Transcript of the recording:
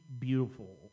beautiful